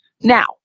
Now